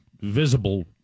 visible